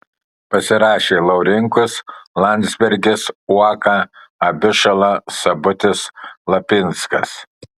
pasirašė laurinkus landsbergis uoka abišala sabutis lapinskas